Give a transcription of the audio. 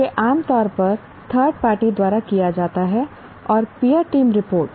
यह आम तौर पर थर्ड पार्टी द्वारा किया जाता है और पीयर टीम रिपोर्ट